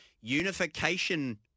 unification